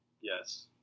Yes